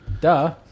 Duh